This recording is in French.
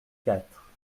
quatre